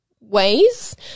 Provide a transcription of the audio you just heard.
ways